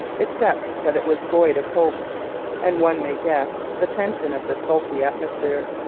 except that it was void of hope and one may guess the tension of the sulky atmosphere.